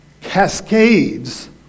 cascades